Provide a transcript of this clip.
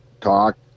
talk